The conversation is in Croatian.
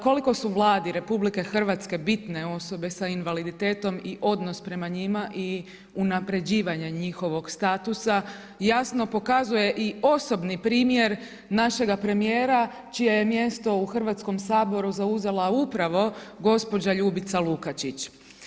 Koliko su Vladi RH bitne osobe s invaliditetom i odnos prema njima i unaprjeđivanje njihovog statusa jasno pokazuje i osobni primjer našega premijera čije je mjesto u Hrvatskom saboru zauzela upravo gospođa Ljubica Lukačić.